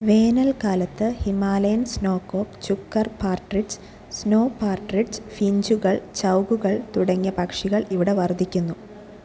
വേനൽക്കാലത്ത് Himalayan snowcock chukar partridge snow partridge ഫിഞ്ചുകൾ ചൌഗുകൾ തുടങ്ങിയ പക്ഷികൾ ഇവിടെ വർദ്ധിക്കുന്നു